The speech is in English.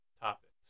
topics